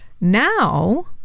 Now